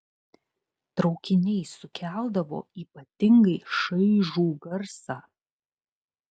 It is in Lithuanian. traukiniai sukeldavo ypatingai šaižų garsą